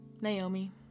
Naomi